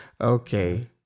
Okay